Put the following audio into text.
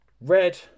red